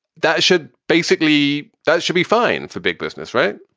that should basically that should be fine for big business, right?